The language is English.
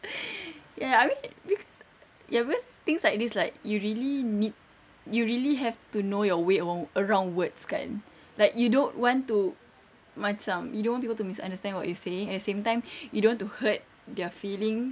ya I mean cause ya cause things like this like you really need you really have to know your way around words kan like you don't want to macam you don't want people to misunderstand what you say at same time you don't want to hurt their feelings